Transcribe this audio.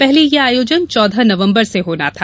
पहले यह आयोजन चौदह नवम्बर से होना था